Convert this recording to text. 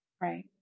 Right